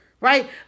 right